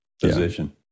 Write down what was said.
position